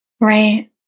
Right